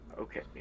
Okay